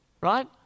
right